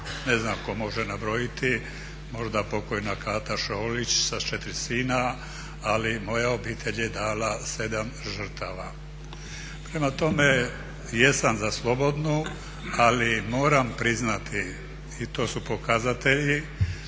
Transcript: Ne znam tko može nabrojiti, možda pokojna Kata Šoljić sa 4 sina, ali moja obitelj je dala 7 žrtava. Prema tome, jesam za slobodnu ali moram priznati i to su pokazatelji